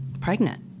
pregnant